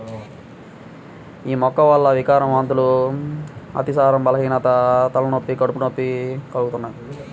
యీ మొక్క వల్ల వికారం, వాంతులు, అతిసారం, బలహీనత, తలనొప్పి, కడుపు నొప్పి కలుగుతయ్